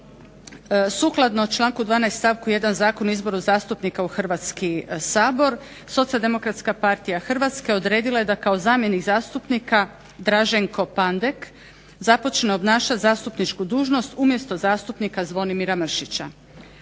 Sukladno članku 12. stavku 1. Zakona o izboru zastupnika u Hrvatski sabor SDP-a Hrvatske odredila je da kao zamjenik zastupnika Draženko Pandek započne obnašati zastupničku dužnost umjesto zastupnika Zvonimira Mršića.